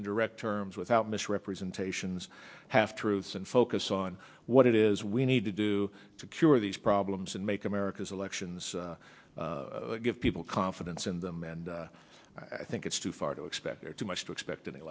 and direct terms without misrepresentations half truths and focus on what it is we need to do to cure these problems and make america's elections give people confidence in them and i think it's too far to expect too much to expect any